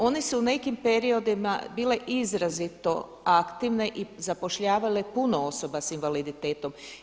One su u neki periodima bile izrazito aktivne i zapošljavale puno osoba sa invaliditetom.